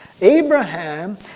Abraham